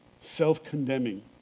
Self-condemning